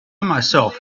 myself